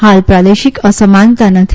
હાલ પ્રાદેશિક અસમાનતા નથી